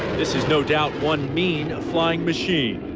this is no doubt one mean ah flying machine.